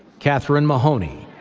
catherine mahony.